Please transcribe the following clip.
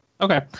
Okay